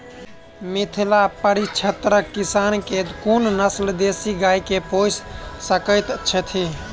मिथिला परिक्षेत्रक किसान केँ कुन नस्ल केँ देसी गाय केँ पोइस सकैत छैथि?